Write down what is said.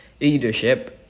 leadership